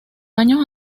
años